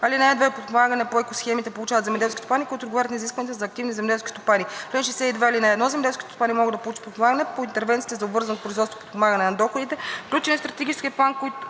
ал. 1. (2) Подпомагане по екосхемите получават земеделски стопани, които отговарят на изискванията за активни земеделски стопани. Чл. 62. (1) Земеделските стопани могат да получат подпомагане по интервенциите за обвързано с производството подпомагане на доходите, включени в Стратегическия план, когато